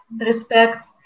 respect